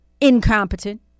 incompetent